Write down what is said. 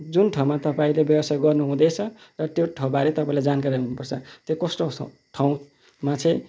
जुन ठाउँमा तपाईँले व्यवसाय गर्नुहुँदैछ त्यो ठाउँबारे तपाईँलाई जानकारी हुनुपर्छ त्यो कस्तो छ ठाउँमा चाहिँ